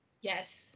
Yes